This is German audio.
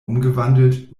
umgewandelt